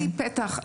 נתתי פתח,